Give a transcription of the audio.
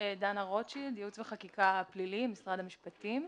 רוטשילד, מייעוץ וחקיקה פלילי, משרד המשפטים.